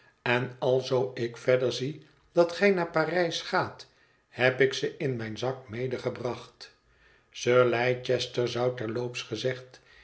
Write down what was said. en alzoo ik verder zie dat gij naar parijs gaat heb ik ze in mijn zak medegebracht sir leicester zou terloops gezegd